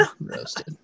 roasted